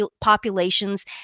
populations